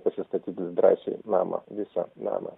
pasistatyti drąsiai namą visą namą